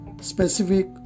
specific